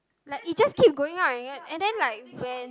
like it just keep going up and up and then like when